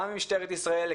גם ממשטרת ישראל,